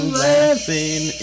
laughing